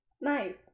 nice